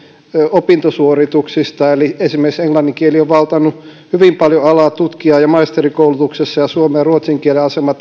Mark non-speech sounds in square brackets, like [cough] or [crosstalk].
opintosuorituksista eli esimerkiksi englannin kieli on vallannut hyvin paljon alaa tutkija ja maisterikoulutuksessa ja suomen ja ruotsin kielen asema [unintelligible]